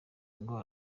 ngo